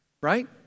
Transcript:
Right